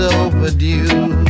overdue